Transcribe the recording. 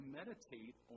meditate